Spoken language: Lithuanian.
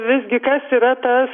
visgi kas yra tas